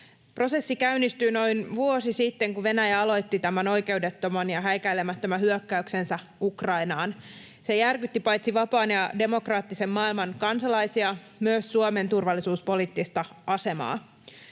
Prosessi käynnistyi noin vuosi sitten, kun Venäjä aloitti tämän oikeudettoman ja häikäilemättömän hyökkäyksensä Ukrainaan. Se järkytti paitsi vapaan ja demokraattisen maailman kansalaisia myös Suomen turvallisuuspoliittista asemaa.